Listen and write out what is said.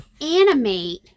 animate